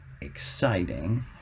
exciting